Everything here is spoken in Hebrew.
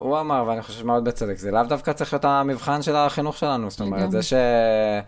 הוא אמר, ואני חושב שהוא מאוד בצדק, זה לא דווקא צריך להיות המבחן של החינוך שלנו, זאת אומרת, זה ש...